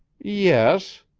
yes.